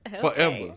Forever